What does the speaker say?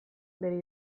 bere